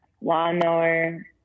lawnmower